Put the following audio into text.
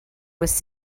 was